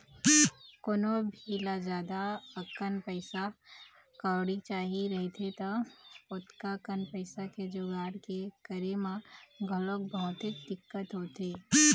कोनो भी ल जादा अकन पइसा कउड़ी चाही रहिथे त ओतका कन पइसा के जुगाड़ के करे म घलोक बहुतेच दिक्कत होथे